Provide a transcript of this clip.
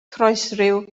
croesryw